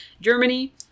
Germany